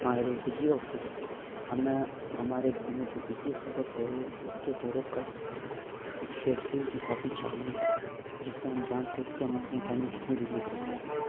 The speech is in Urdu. ہاں ہیلو بجلی آفس ہمیں ہمارے گھر میں جو بجلی کھپت ہو رہی ہے اس کے ٹیرف کا شیڈیول کی کاپی چاہیے جس سے ہم جان سکیں کہ ہم اپنے گھر میں کتنی بجلی خرچ کر رہے ہیں